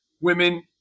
women